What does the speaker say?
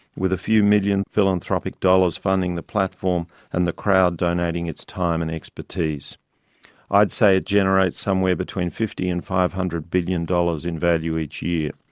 with a few million philanthropic dollars funding the platform and the crowd donating its time and expertise i'd say it generates somewhere between fifty dollars and five hundred billion dollars in value each year.